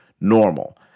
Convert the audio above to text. normal